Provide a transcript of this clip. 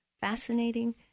fascinating